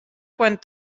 quan